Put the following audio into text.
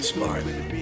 Smart